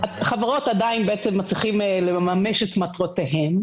החברות עדיין מצליחות לממש את מטרותיהן,